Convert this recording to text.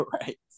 right